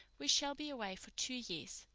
we shall be away for two years,